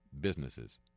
businesses